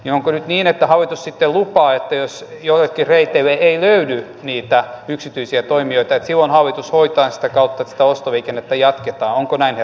jonkun niin että hallitus sitten lupaa yössä joitakin reiteille ei löydy niitä yksityisiä toimijoita johon hallitus voi päästä kautta toistoliikennettä jatketaanko näinä